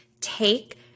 take